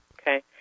Okay